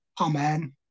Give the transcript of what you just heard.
Amen